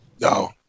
no